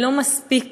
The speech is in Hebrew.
לא מספיק